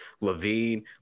Levine